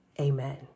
Amen